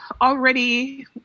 already